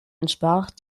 entsprach